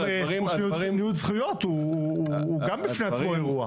גם הזכות של ניוד זכויות הוא גם בפני עצמו אירוע.